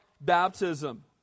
baptism